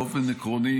באופן עקרוני,